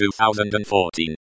2014